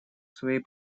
своей